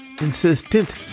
insistent